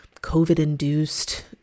COVID-induced